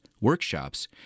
workshops